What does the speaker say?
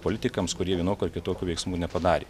politikams kurie vienokių ar kitokių veiksmų nepadarė